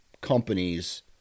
companies